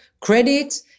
credit